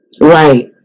Right